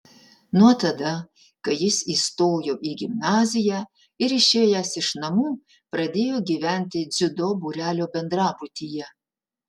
nuo tada kai jis įstojo į gimnaziją ir išėjęs iš namų pradėjo gyventi dziudo būrelio bendrabutyje